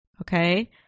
okay